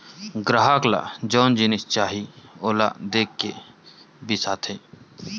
गराहक ल जउन जिनिस चाही ओला बने देख के बिसाथे